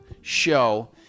show